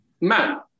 man